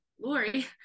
Lori